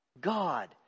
God